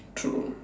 true